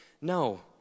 No